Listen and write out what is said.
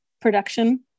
production